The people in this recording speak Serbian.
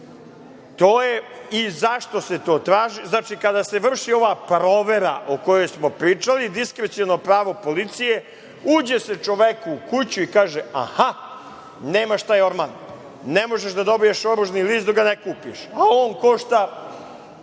onim. Zašto se to traži? Znači, kada se vrši ova provera o kojoj smo pričali, diskreciono pravo policije, uđe se čoveku u kuću i kaže – aha, nemaš taj orman, ne možeš da dobiješ oružni list dok ga ne kupiš, a on košta